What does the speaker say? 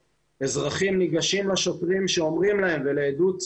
ניגשים לשוטרים והשוטרים אומרים למפגינים ולעדות,